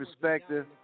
perspective